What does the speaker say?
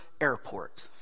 airport